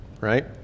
right